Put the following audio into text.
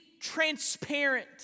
transparent